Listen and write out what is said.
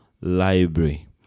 Library